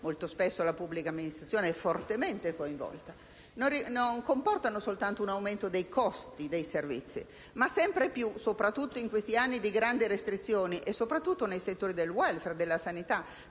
(molto spesso la pubblica amministrazione è fortemente coinvolta). Essi però non comportano soltanto un aumento dei costi dei servizi, ma sempre più, soprattutto in questi anni di grandi restrizioni, in particolare nei settori del *welfare* e della sanità,